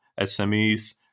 SMEs